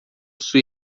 sua